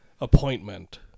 appointment